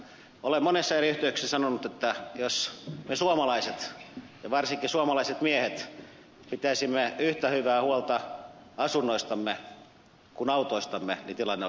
olen monissa eri yhteyksissä sanonut että jos me suomalaiset ja varsinkin suomalaiset miehet pitäisimme yhtä hyvää huolta asunnoistamme kuin autoistamme niin tilanne olisi paljon parempi